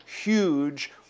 huge